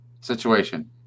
situation